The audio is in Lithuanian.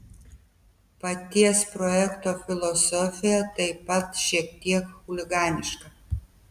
paties projekto filosofija taip pat šiek tiek chuliganiška